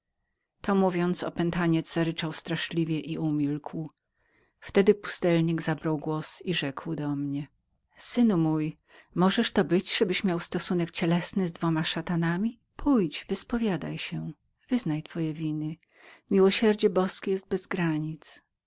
to mówiąc opętaniec zaryczał straszliwie i umilkł wtedy pustelnik zabrał głos i rzekł słyszałeś synu mój możeż to być żebyś miał był do czynienia z dwoma szatanami pójdź wyspowiadaj się wyznaj twoje winy miłosierdzie boskie jest